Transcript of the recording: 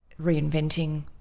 reinventing